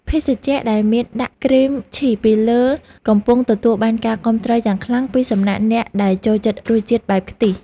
ភេសជ្ជៈដែលមានដាក់ក្រែមឈីសពីលើកំពុងទទួលបានការគាំទ្រយ៉ាងខ្លាំងពីសំណាក់អ្នកដែលចូលចិត្តរសជាតិបែបខ្ទិះ។